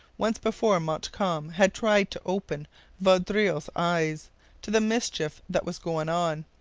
once before montcalm had tried to open vaudreuil's eyes to the mischief that was going on.